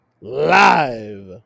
live